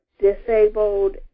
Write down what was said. disabled